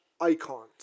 icons